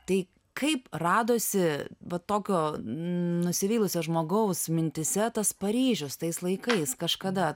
tai kaip radosi va tokio nusivylusio žmogaus mintyse tas paryžius tais laikais kažkada